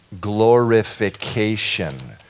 Glorification